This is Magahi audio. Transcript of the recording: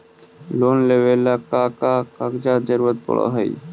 लोन लेवेला का का कागजात जरूरत पड़ हइ?